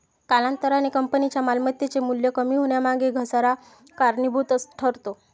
कालांतराने कंपनीच्या मालमत्तेचे मूल्य कमी होण्यामागे घसारा कारणीभूत ठरतो